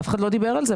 אף אחד לא דיבר על זה.